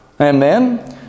Amen